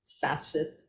facet